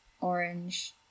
orange